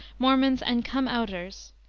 mormons, and come-outers,